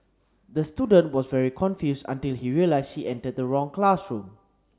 the student was very confused until he realised he entered the wrong classroom